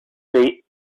street